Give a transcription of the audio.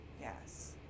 Yes